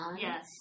Yes